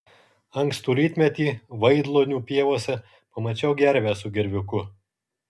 ankstų rytmetį vaidlonių pievose pamačiau gervę su gerviuku